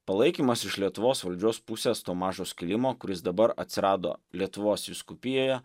palaikymas iš lietuvos valdžios pusės to mažo skilimo kuris dabar atsirado lietuvos vyskupijoje